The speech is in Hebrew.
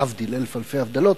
להבדיל אלף אלפי הבדלות,